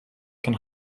can